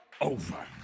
over